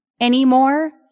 anymore